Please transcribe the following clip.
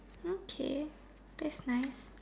okay that's nice